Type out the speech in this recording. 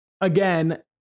again